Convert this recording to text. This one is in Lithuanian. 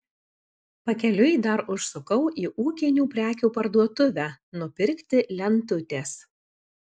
pakeliui dar užsukau į ūkinių prekių parduotuvę nupirkti lentutės